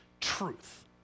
truth